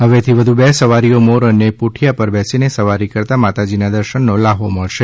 હવેથી વધુ બે સવારીઓ મોર અને પોઠીયા પર બેસીને સવારી કરતા માતાજીનાં દર્શન કરવાનો લહાવો ભક્તોને મળશે